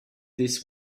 this